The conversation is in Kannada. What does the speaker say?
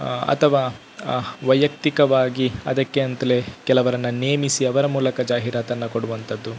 ಅಥವಾ ವೈಯಕ್ತಿಕವಾಗಿ ಅದಕ್ಕೆ ಅಂತಲೇ ಕೆಲವರನ್ನು ನೇಮಿಸಿ ಅವರ ಮೂಲಕ ಜಾಹೀರಾತನ್ನು ಕೊಡುವಂತದ್ದು